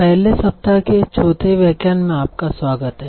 पहले सप्ताह के चौथे व्याख्यान में आपका स्वागत है